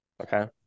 Okay